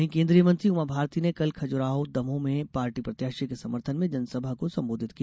वहीं केन्द्रीय मंत्री उमा भारती ने कल खजुराहो दमोह में पार्टी प्रत्याशी के समर्थन में जनसभा को संबोधित किया